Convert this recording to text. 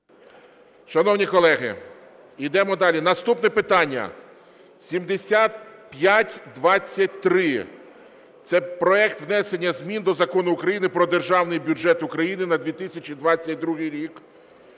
Шановні колеги, йдемо далі. Наступне питання 7523. Це проект внесення змін до Закону України "Про Державний бюджет України на 2022 рік".